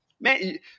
Man